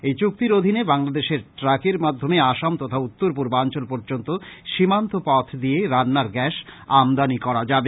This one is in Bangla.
এই চুক্তির অধীনে বাংলাদেশের ট্রাকের মাধ্যমে আসাম তথা উত্তর পূর্বাঞ্চল পর্যন্ত সীমান্ত পথ দিয়ে রান্নার গ্যাস আমদানি করা যাবে